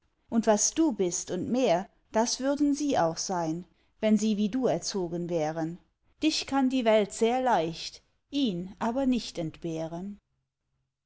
und was du bist und mehr das würden sie auch sein wenn sie wie du erzogen wären dich kann die welt sehr leicht ihn aber nicht entbehren